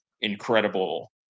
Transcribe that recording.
incredible